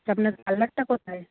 আপনার পার্লারটা কোথায়